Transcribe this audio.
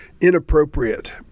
inappropriate